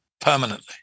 permanently